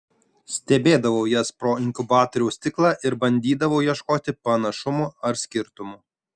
stebėdavau jas pro inkubatoriaus stiklą ir bandydavau ieškoti panašumų ar skirtumų